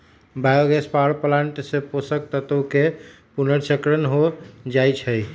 bio gas power plant से पोषक तत्वके पुनर्चक्रण हो जाइ छइ